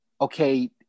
okay